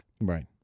Right